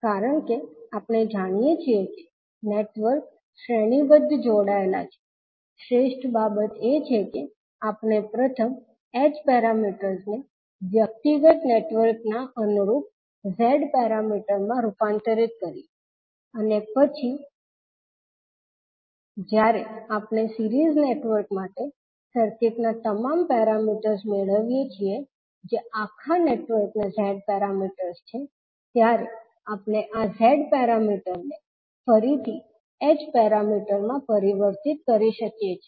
કારણ કે આપણે જાણીએ છીએ કે નેટવર્ક્સ શ્રેણીબદ્ધ જોડાયેલા છે શ્રેષ્ઠ બાબત એ છે કે આપણે પ્રથમ h પેરામીટર્સને વ્યક્તિગત નેટવર્ક્સના અનુરૂપ Z પેરામીટર્સમાં રૂપાંતરિત કરીએ અને પછી આખા નેટવર્કના Z પેરામીટર્સ મેળવવા માટે Z પેરામીટર્સ ના સરવાળા નો ઉપયોગ કરીએ અને પછી જ્યારે આપણે સીરીઝ નેટવર્ક માટે સર્કિટના તમામ પેરામીટર્સ મેળવીએ છીએ જે આખા નેટવર્કના Z પેરામીટર છે ત્યારે આપણે આ Z પેરામીટરને ફરીથી h પેરામીટર માં પરિવર્તિત કરી શકીએ છીએ